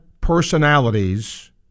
personalities